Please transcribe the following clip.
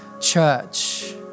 church